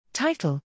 Title